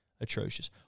Atrocious